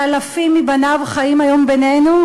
שאלפים מבניו חיים היום בינינו,